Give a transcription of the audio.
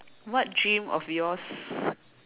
what dreams of yours